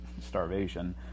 starvation